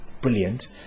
brilliant